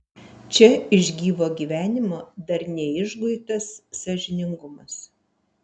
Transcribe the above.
čia iš gyvo gyvenimo dar neišguitas sąžiningumas